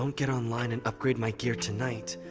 um get online and upgrade my gear tonight,